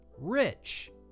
rich